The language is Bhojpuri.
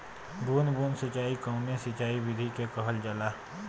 बूंद बूंद सिंचाई कवने सिंचाई विधि के कहल जाला?